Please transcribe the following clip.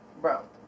bro